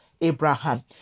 Abraham